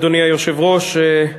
אדוני היושב-ראש,